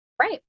Right